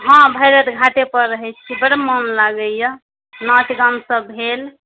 हॅं भरि राति घाटे पर रहै छी बड मोन लगैया नाच गान सब भेल